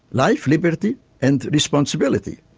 life, liberty and responsibility,